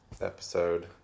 episode